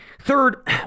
Third